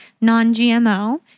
non-gmo